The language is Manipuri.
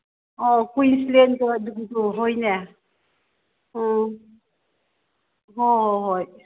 ꯑꯧ ꯀꯨꯏꯁꯂꯦꯟꯁꯨ ꯑꯗꯨꯒꯤꯁꯨ ꯍꯣꯏꯅꯦ ꯑ ꯍꯣ ꯍꯣ ꯍꯣꯏ